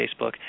Facebook